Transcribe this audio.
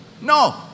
No